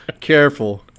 Careful